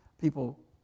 people